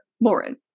Lauren